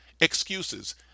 Excuses